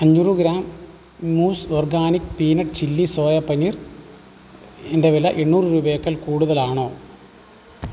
അഞ്ഞൂറ് ഗ്രാം മൂസ് organic peanut chilli soya paneer ഇന്റെ വില എണ്ണൂറ് രൂപയേക്കാൾ കൂടുതലാണോ